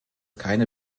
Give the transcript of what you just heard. keine